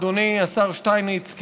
השר שטייניץ,